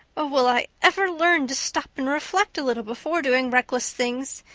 oh, will i ever learn to stop and reflect a little before doing reckless things?